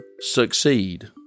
succeed